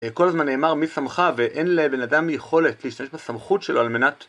כל הזמן נאמר מי שמך ואין לבן אדם יכולת להשתמש בסמכות שלו על מנת